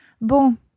Bon